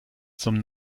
zum